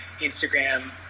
Instagram